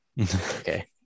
Okay